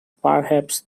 perhaps